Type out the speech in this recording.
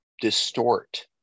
distort